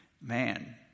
man